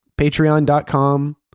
patreon.com